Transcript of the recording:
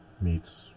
meets